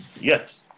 Yes